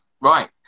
right